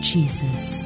Jesus